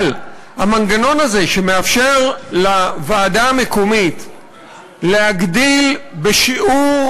אבל המנגנון הזה שמאפשר לוועדה המקומית להגדיל בשיעור